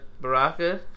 Baraka